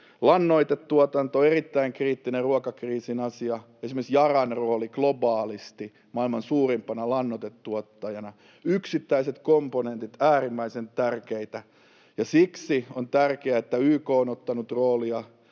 Lannoitetuotanto, erittäin kriittinen ruokakriisin asia. Esimerkiksi Yaran rooli globaalisti maailman suurimpana lannoitetuottajana, yksittäiset komponentit äärimmäisen tärkeitä, ja siksi on tärkeää, että YK on ottanut roolia.